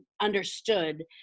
understood